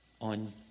on